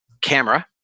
camera